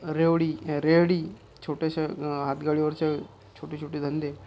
रेवडी रेहडी छोट्याशा हातगाडीवरच्या छोटे छोटे धंदे